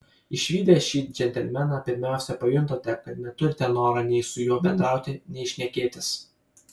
išvydę šį džentelmeną pirmiausia pajuntate kad neturite noro nei su juo bendrauti nei šnekėtis